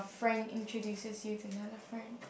friend introduces you to another friend